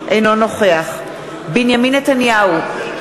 אינו נוכח בנימין נתניהו,